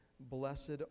Blessed